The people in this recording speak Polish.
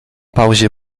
pauzie